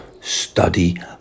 Study